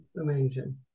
Amazing